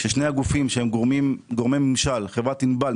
ששני הגופים שהם גורמי ממשל: חברת ענבל,